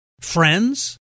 Friends